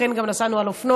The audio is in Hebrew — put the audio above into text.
לכן גם נסענו על אופנוע.